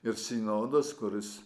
ir sinodas kuris